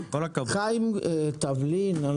חיים חבלין.